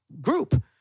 group